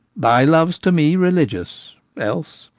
thy love's to me religious else,